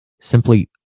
simply